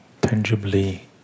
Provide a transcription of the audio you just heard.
tangibly